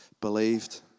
believed